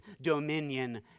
dominion